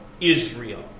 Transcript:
Israel